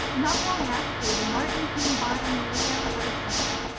not long after the marten came by on the look out for his supper.